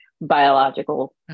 biological